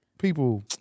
People